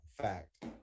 Fact